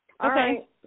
Okay